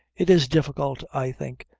it is difficult, i think,